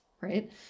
right